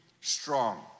strong